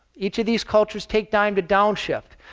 each of these cultures take time to downshift.